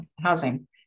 housing